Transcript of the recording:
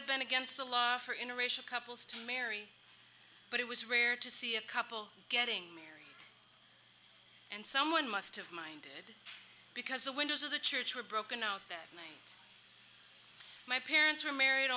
have been against the law for interation couples to marry but it was rare to see a couple getting married and someone must have minded because the windows of the church were broken out that night my parents were married